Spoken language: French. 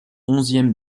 onzième